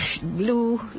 Blue